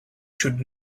should